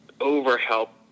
over-help